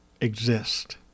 exist